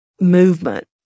movement